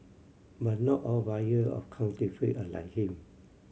but not all buyer of counterfeit are like him